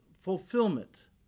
fulfillment